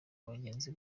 abagenzi